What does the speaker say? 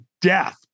death